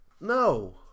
No